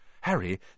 Harry